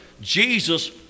Jesus